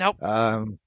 Nope